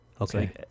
Okay